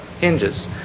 hinges